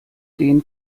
den